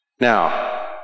Now